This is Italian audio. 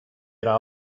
era